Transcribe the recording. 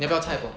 你要不要 cai peng